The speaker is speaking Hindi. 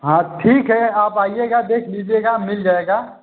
हाँ ठीक है आप आइएगा देख लीजिएगा मिल जाएगा